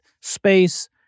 space